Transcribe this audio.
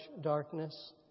darkness